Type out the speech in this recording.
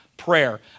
Prayer